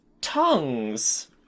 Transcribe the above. tongues